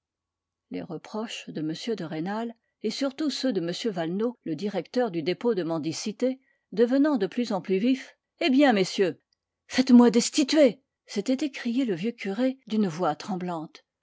les reproches de m de rênal et surtout ceux de m valenod le directeur du dépôt de mendicité devenant de plus en plus vifs eh bien messieurs faites-moi destituer s'était écrié le vieux curé d'une voix tremblante